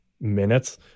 minutes